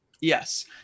yes